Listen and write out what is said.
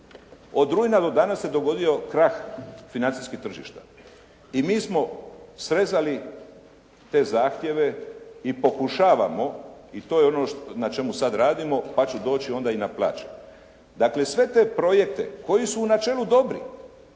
Od rujna do danas se dogodio krah financijskih tržišta i mi smo srezali te zahtjeve i pokušavamo, i to je ono na čemu sad radimo, pa ću doći onda i na plaće. Dakle, sve te projekte koji su u načelu dobri,